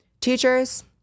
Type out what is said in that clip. Teachers